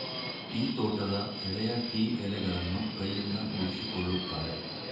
tea ತೋಟದ ಎಳೆಯ tea ಎಲೆಗಳನ್ನು ಕೈಯಿಂದ ಬಿಡಿಸಿಕೊಳ್ಳುತ್ತಾರೆ